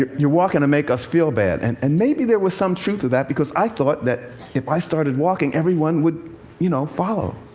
you're walking to make us feel bad. and and maybe there was some truth to that, because i thought that if i started walking, everyone would you know follow.